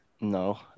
No